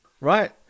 right